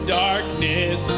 darkness